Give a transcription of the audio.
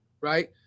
right